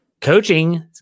Coaching